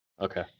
Okay